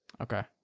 Okay